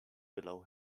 below